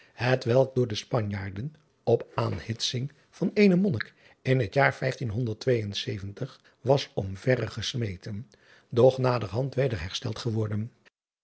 welk door de panjaarden op aanhitsing van eenen onnik in het jaar was om verre gesmeten doch naderhand weder hersteld geworden